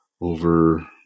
over